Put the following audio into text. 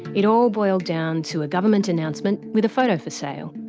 it all boiled down to a government announcement with a photo for sale,